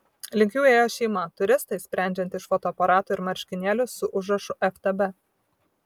link jų ėjo šeima turistai sprendžiant iš fotoaparatų ir marškinėlių su užrašu ftb